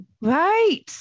Right